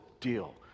deal